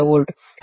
ಆದ್ದರಿಂದ 387